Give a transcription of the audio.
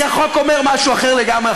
כי החוק אומר משהו אחר לגמרי.